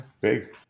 Big